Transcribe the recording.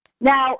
Now